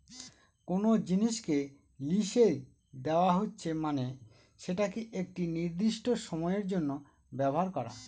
কোনো জিনিসকে লিসে দেওয়া হচ্ছে মানে সেটাকে একটি নির্দিষ্ট সময়ের জন্য ব্যবহার করা